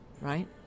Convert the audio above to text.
right